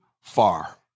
far